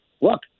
look